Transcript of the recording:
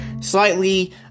slightly